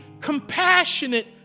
compassionate